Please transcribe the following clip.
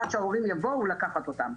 עד שההורים יבואו לקחת אותם.